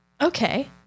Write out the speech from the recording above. Okay